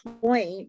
point